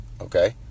okay